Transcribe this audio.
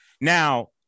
Now